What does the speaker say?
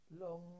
long